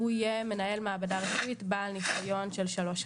הוא יהיה מנהל מעבדה רפואית בעל ניסיון של שלוש שנים,